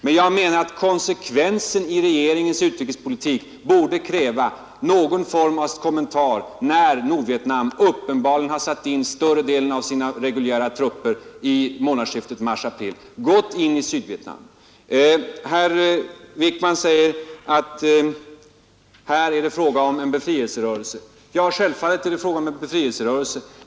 Men jag menar att konsekvensen i regeringens utrikespolitik borde kräva någon kommentar när Nordvietnam sätter in större delen av sina reguljära trupper i månadsskiftet mars-april och går in i Sydvietnam. Herr Wickman säger att det här är fråga om en befrielserörelse. Ja, självfallet är det fråga om en befrielserörelse.